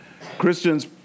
Christians